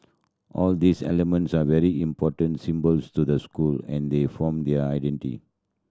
all these elements are very important symbols to the school and they form their identity